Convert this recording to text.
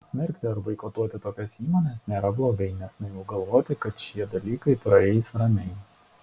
smerkti ar boikotuoti tokias įmones nėra blogai nes naivu galvoti kad šie dalykai praeis ramiai